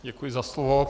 Děkuji za slovo.